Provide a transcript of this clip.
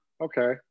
okay